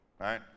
Right